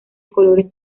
colores